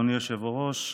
אדוני היושב-ראש,